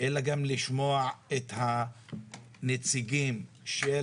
אלא גם חשוב לשמוע את הנציגים של